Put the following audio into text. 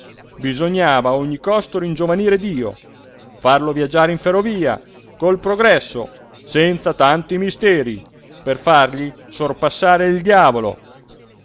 a ogni costo ringiovanire dio farlo viaggiare in ferrovia col progresso senza tanti misteri per fargli sorpassare il diavolo